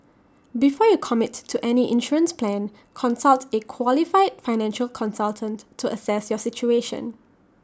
before you commit to any insurance plan consult A qualified financial consultant to assess your situation